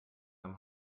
nahm